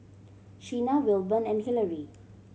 Shena Wilburn and Hillery